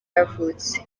yavutse